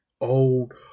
old